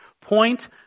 Point